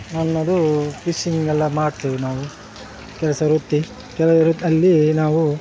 ನನ್ನದು ಫಿಶಿಂಗ್ ಎಲ್ಲ ಮಾಡ್ತೀವಿ ನಾವು ಕೆಲಸ ವೃತ್ತಿ ಕೆಲವ್ರದ್ದು ಅಲ್ಲಿ ನಾವು